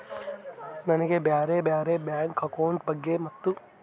ನನಗೆ ಬ್ಯಾರೆ ಬ್ಯಾರೆ ಬ್ಯಾಂಕ್ ಅಕೌಂಟ್ ಬಗ್ಗೆ ಮತ್ತು?